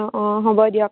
অঁ অঁ হ'ব দিয়ক